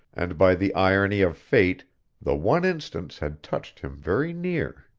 and by the irony of fate the one instance had touched him very near.